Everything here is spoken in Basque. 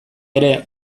ere